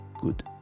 good